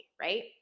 right